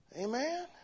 Amen